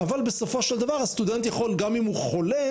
אבל בסופו של דבר הסטודנט יכול גם אם הוא חולה,